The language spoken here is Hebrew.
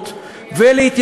רצינית,